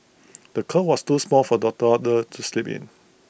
the cot was too small for the toddler to sleep in